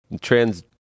trans